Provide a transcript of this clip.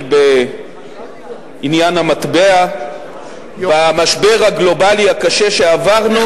בעניין המטבע במשבר הגלובלי הקשה שעברנו,